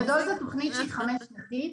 בגדול זו תוכנית שהיא חמש שנתית,